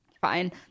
fine